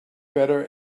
better